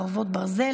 חרבות ברזל),